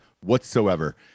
whatsoever